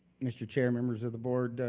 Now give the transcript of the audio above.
mr. chair, members of the board.